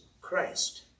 Christ